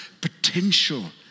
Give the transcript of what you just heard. potential